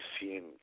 seen